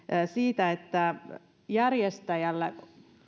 siitä että järjestäjälle